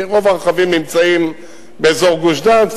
כי רוב הרכבים נמצאים באזור גוש-דן,